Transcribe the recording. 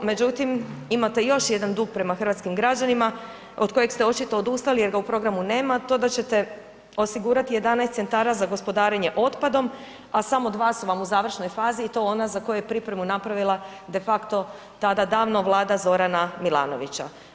Međutim, imate još jedan dug prema hrvatskim građanima od kojeg ste očito odustali jer ga u programu nema, to da ćete osigurati 11 centara za gospodarenje otpadom, a samo dva su vam u završnoj fazi i to ona za koje je pripremu napravila de facto tada davno vlada Zorana Milanovića.